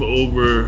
over